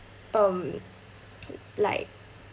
um like